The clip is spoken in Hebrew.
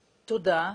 תודה.